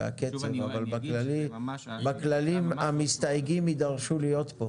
בכללי, המסתייגים יידרשו להיות כאן.